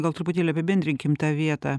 gal truputėlį apibendrinkim tą vietą